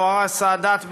אנואר סאדאת,